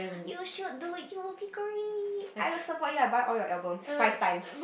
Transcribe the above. you should do it you will be great I will support you I buy all your albums five times